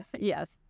Yes